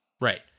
Right